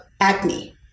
acne